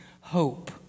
hope